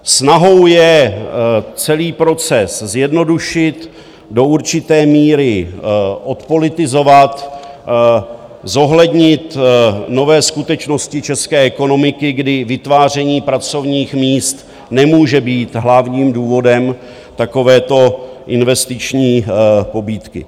Snahou je celý proces zjednodušit, do určité míry odpolitizovat, zohlednit nové skutečnosti české ekonomiky, kdy vytváření pracovních míst nemůže být hlavním důvodem takovéto investiční pobídky.